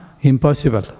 Impossible